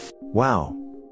Wow